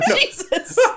Jesus